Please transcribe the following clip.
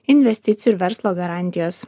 investicijų ir verslo garantijos